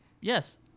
Yes